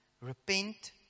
Repent